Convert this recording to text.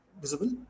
visible